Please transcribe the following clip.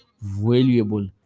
valuable